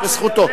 זו זכותו.